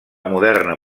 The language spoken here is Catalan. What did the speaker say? moderna